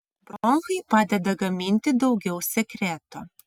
bronchai pradeda gaminti daugiau sekreto